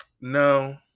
No